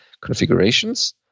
configurations